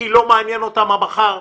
כי לא מעניין אותם המחר,